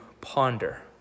ponder